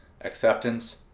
acceptance